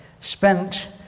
spent